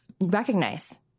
recognize